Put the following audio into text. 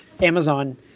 Amazon